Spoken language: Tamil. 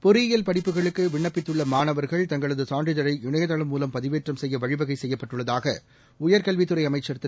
பொறியியல் படிப்புகளுக்கு விண்ணப்பித்துள்ள மாணவர்கள் தங்களது சான்றிதழை இணையதளம் மூலம் பதிவேற்றம் செய்ய வழிவகை செய்யப்பட்டுள்ளதாக உயர்கல்வித் துறை அமைச்சர் திரு